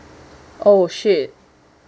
oh !shit!